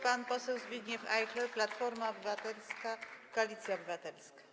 Pan poseł Zbigniew Ajchler, Platforma Obywatelska - Koalicja Obywatelska.